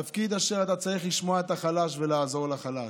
תפקיד שאתה צריך לשמוע את החלש ולעזור לחלש.